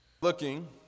Looking